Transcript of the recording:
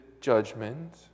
judgment